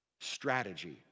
strategy